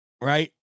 Right